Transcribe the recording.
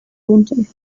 winter